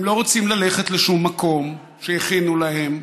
הם לא רוצים ללכת לשום מקום שהכינו להם,